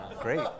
Great